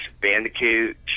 bandicoot